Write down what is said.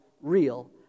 real